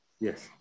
Yes